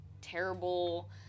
terrible –